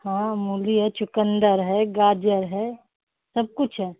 हाँ मूली है चुकंदर है गाजर है सब कुछ है